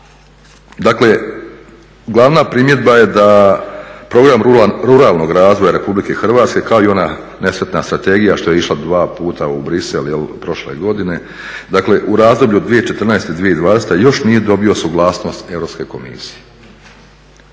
dakle glavna primjedba da program ruralnog razvoja Republike Hrvatske, kao i ona nesretna strategija što je išla dva puta u Bruxelles prošle godine, dakle u razdoblju 2014.-2020. još nije dobio suglasnost Europske komisije,